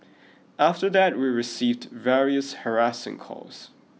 after that we received various harassing calls